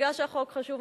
מכיוון שהחוק חשוב,